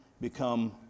become